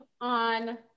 on